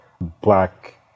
black